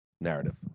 narrative